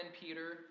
Peter